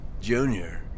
Junior